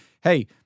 hey